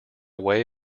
way